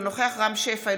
אינו נוכח רם שפע,